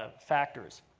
ah factors.